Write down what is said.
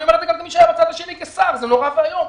אני אומר גם כשר, זה נורא ואיום.